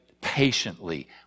patiently